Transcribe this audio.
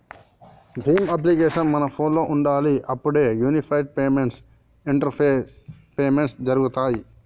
Bhim application మన ఫోనులో ఉండాలి అప్పుడే యూనిఫైడ్ పేమెంట్స్ ఇంటరపేస్ పేమెంట్స్ జరుగుతాయ్